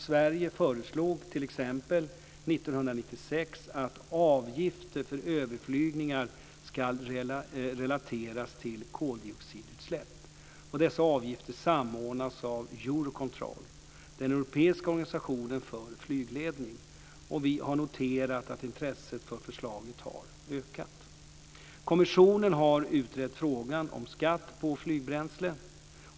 Sverige föreslog t.ex. 1996 att avgifter för överflygningar ska relateras till koldioxidutsläpp. Dessa avgifter samordnas av Eurocontrol, den europeiska organisationen för flygledning. Vi har noterat att intresset för förslaget har ökat. Kommissionen har utrett frågan om skatt på flygbränsle.